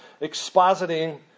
expositing